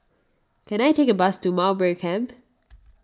can I take a bus to Mowbray Camp